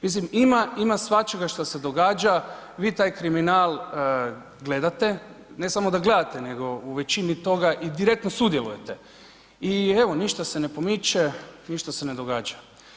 Mislim ima, ima svačega šta se događa, vi taj kriminal gledate, ne samo da gledate, nego u većini toga i direktno sudjelujete i evo ništa se ne pomiče, ništa se ne događa.